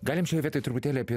galim šioje vietoje truputėlį apie